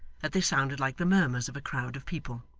that they sounded like the murmurs of a crowd of people.